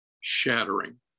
shattering